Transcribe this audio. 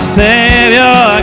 savior